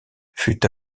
fut